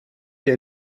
wir